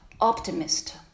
optimist